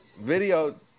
video